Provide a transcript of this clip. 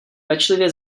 pečlivě